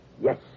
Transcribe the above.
Yes